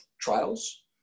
trials